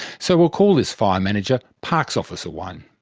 so we'll call this fire manager parks officer one.